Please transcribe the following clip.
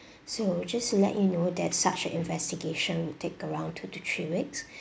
so just to let you know that such an investigation will take around two to three weeks